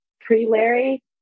pre-Larry